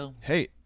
hey